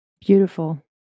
Beautiful